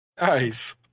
Nice